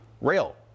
rail